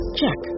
check